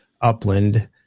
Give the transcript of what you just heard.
Upland